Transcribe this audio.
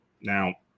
Now